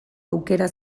aukera